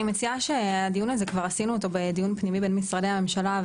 אני מציעה שהדיון הזה כבר עשינו אותו בדיון פנימי בין משרדי הממשלה.